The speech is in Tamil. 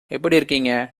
இருக்கீங்க